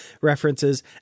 references